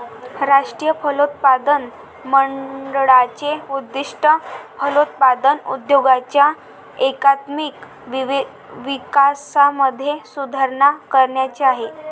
राष्ट्रीय फलोत्पादन मंडळाचे उद्दिष्ट फलोत्पादन उद्योगाच्या एकात्मिक विकासामध्ये सुधारणा करण्याचे आहे